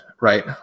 right